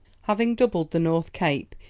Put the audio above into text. having doubled the north cape,